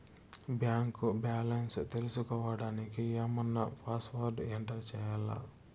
Bank balance తెలుసుకోవడానికి ఏమన్నా password enter చేయాలా?